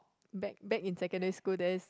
back back in secondary school there is